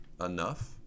enough